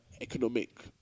economic